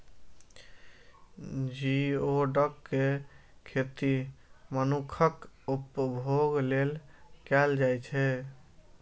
geoduck के खेती मनुक्खक उपभोग लेल कैल जाइ छै